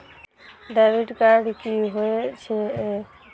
Debit card की होय छेय?